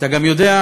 אתה גם יודע,